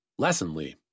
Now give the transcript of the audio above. Lessonly